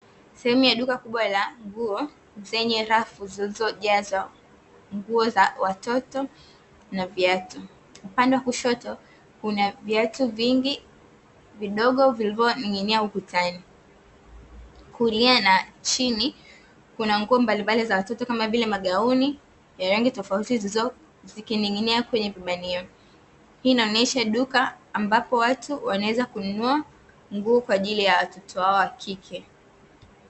Sehemu ya duka kubwa la nguo zenye rafu zilizo jazwa nguo za watoto na viatu, upande wa kushoto kuna viatu vingi vidogo vilivyoning’inia ukutani, kulia na chini kuna nguo mbalimbali za watoto kama vile magauni ya rangi tofauti zikining’inia kwenye vibanio hii inaonyesha duka ambapo watu wanaweza kununua nguo kwa ajili ya watoto wao wa kike.